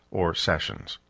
or sessions.